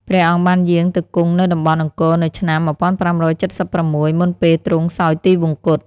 ព្រះអង្គបានយាងទៅគង់នៅតំបន់អង្គរនៅឆ្នាំ ១៥៧៦ មុនពេលទ្រង់សោយទិវង្គត។